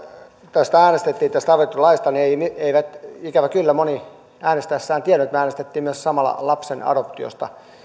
tästä avioliittolaista äänestettiin niin eivät ikävä kyllä monet äänestäessään tienneet että me äänestimme myös samalla lapsen adoptiosta